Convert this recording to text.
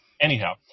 Anyhow